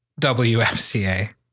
WFCA